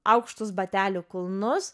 aukštus batelių kulnus